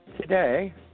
Today